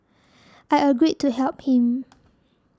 I agreed to help him